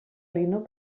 linux